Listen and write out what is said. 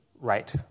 right